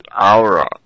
aura